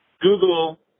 Google